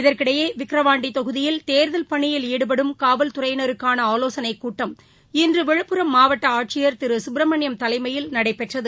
இதற்கிடையே விக்ரவாண்டி தொகுதியில் தேர்தல் பணியில் ஈடுபடும் காவல்துறையினருக்கான ஆலோசனைக் கூட்டம் இன்று விழுப்புரம் மாவட்ட ஆட்சியர் திரு சுப்ரமணியம் தலைமயில் நடைபெற்றது